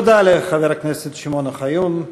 תודה לחבר הכנסת שמעון אוחיון,